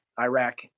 Iraq